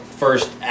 First